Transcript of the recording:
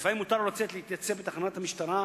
לפעמים מותר לו לצאת להתייצב בתחנת המשטרה.